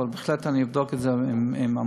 אבל אני בהחלט אבדוק את זה עם המנכ"ל